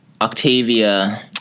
Octavia